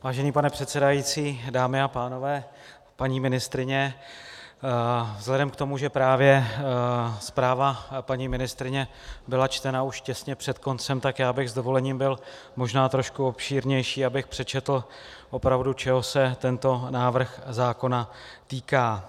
Vážený pane předsedající, dámy a pánové, paní ministryně, vzhledem k tomu, že právě zpráva paní ministryně byla čtena už těsně před koncem, tak bych s dovolením byl možná trošku obšírnější, abych přečetl opravdu, čeho se tento návrh zákona týká.